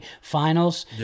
Finals